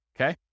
okay